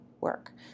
work